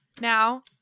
now